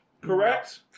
correct